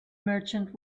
merchant